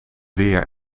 weer